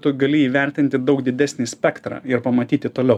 tu gali įvertinti daug didesnį spektrą ir pamatyti toliau